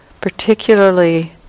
particularly